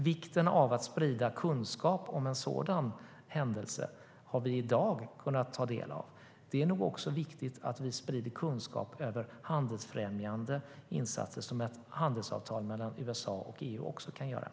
Vikten av att sprida kunskap om en sådan händelse har vi kunnat ta del av i dag. Det är viktigt att vi också sprider kunskap om de handelsfrämjande insatser som ett handelsavtal mellan USA och EU kan innebära.